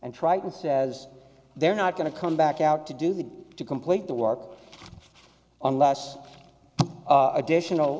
and triton says they're not going to come back out to do that to complete the work on less additional